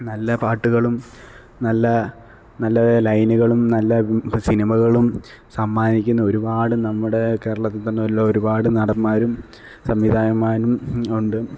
നല്ല പാട്ടുകളും നല്ല നല്ല ലൈനുകളും നല്ല സിനിമകളും സമ്മാനിക്കുന്ന ഒരുപാട് നമ്മുടെ കേരളത്തില് തന്നെയുള്ള ഒരുപാട് നടന്മാരും സംവിധായകന്മാരും ഇന്ന് ഉണ്ട്